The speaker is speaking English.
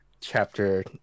chapter